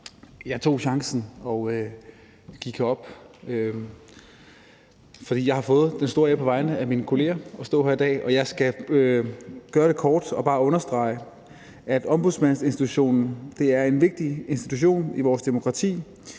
Jeg tog chancen og gik herop, fordi jeg har fået den store ære på vegne af mine kolleger at stå her i dag. Jeg skal gøre det kort og bare understrege, at ombudsmandsinstitutionen er en vigtig institution i vores demokrati,